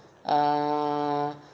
ah